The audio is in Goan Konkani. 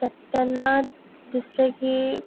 त तेन्ना दिसलें की